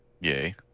yay